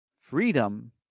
freedom